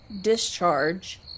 discharge